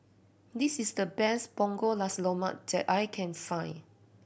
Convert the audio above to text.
this is the best Punggol Nasi Lemak that I can find